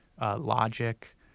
Logic